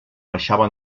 baixava